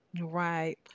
Right